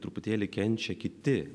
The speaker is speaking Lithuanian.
truputėlį kenčia kiti